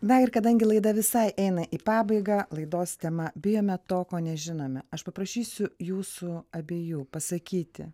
na ir kadangi laida visai eina į pabaigą laidos tema bijome to ko nežinome aš paprašysiu jūsų abiejų pasakyti